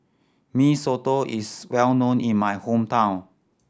Mee Soto is well known in my hometown